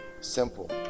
simple